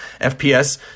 FPS